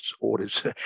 orders